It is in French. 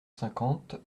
cinquante